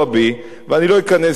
בל"ד ורע"ם-תע"ל.